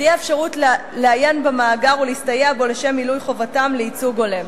תהיה להם אפשרות לעיין במאגר ולהסתייע בו לשם מילוי חובתם לייצוג הולם.